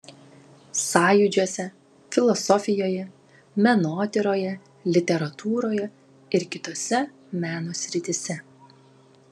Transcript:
sąjūdžiuose filosofijoje menotyroje literatūroje ir kitose meno srityse